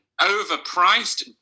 overpriced